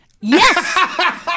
Yes